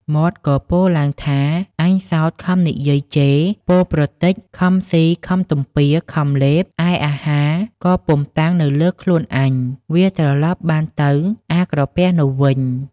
មាត់ក៏ពោលឡើង ថា អញសោតខំនិយាយជេរពោលប្រទេច ខំស៊ី ខំទំពា ខំលេប ឯអាហារក៏ពុំ តាំងនៅលើខ្លួនអញ វាត្រឡប់បានទៅអាក្រពះនោះវិញ។